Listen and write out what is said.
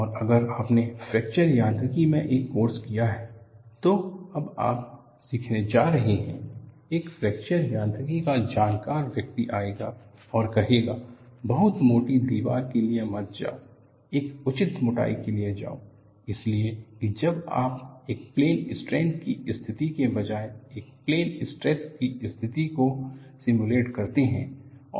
और अगर आपने फ्रैक्चर यांत्रिकी में एक कोर्स किया है जो अब आप सीखने जा रहे हैं एक फ्रैक्चर यांत्रिकी का जानकार व्यक्ति आएगा और कहेगा बहुत मोटी दीवार के लिए मत जाओ एक उचित मोटाई के लिए जाओ इसलिए कि जब आप एक प्लेन स्ट्रेन की स्थिति के बजाय एक प्लेन स्ट्रेस की स्थिति को सिमुलेट करते हैं